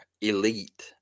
elite